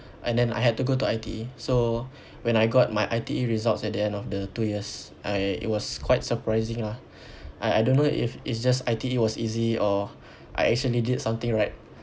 and then I had to go to I_T_E so when I got my I_T_E results at the end of the two years I it was quite surprising lah I I don't know if it's just I_T_E was easy or I actually did something right